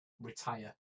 retire